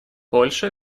польша